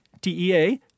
T-E-A